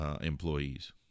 employees